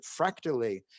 fractally